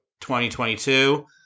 2022